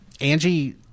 Angie